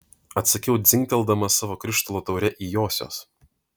atsakiau dzingteldamas savo krištolo taure į josios